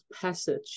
passage